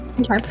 Okay